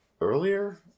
earlier